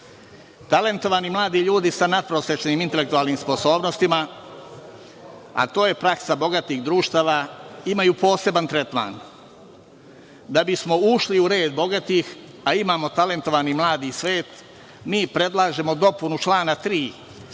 zakona. Talentovani mladi ljudi sa natprosečnim intelektualnim sposobnostima, a to je praksa bogatih društava imaju poseban tretman. Da bismo ušli u red bogatih, a imamo talentovani mladi svet, mi predlažemo dopunu člana 3. gde